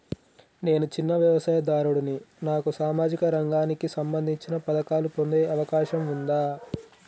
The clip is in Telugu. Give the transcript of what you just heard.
నేను చిన్న వ్యవసాయదారుడిని నాకు సామాజిక రంగానికి సంబంధించిన పథకాలు పొందే అవకాశం ఉందా?